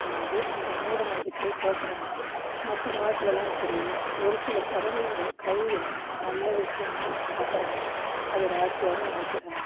வந்து அந்த மூட நம்பிக்கை கேக்கிறாங்க மற்ற நாட்டுலலாம் இப்படி இல்லை ஒரு சில பறவையோடய கழிவை நல்ல விஷயமாக பார்க்குறாங்க அதை ராசியாகவும் நினைக்கிறாங்க